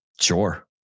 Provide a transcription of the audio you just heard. Sure